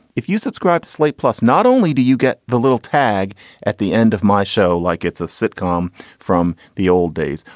if you subscribe to slate plus, not only do you get the little tag at the end of my show like it's a sitcom from the old days,